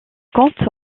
compte